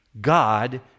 God